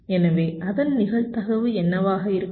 எனவே அதன் நிகழ்தகவு என்னவாக இருக்கும்